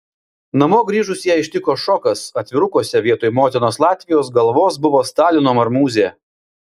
namo grįžus ją ištiko šokas atvirukuose vietoj motinos latvijos galvos buvo stalino marmūzė